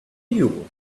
you